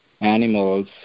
animals